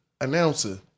announcer